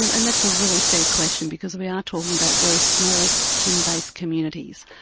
and that's a really fair question because we are talking about very small, kin-based communities,